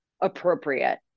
appropriate